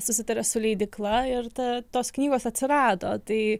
susitarė su leidykla ir ta tos knygos atsirado tai